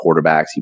quarterbacks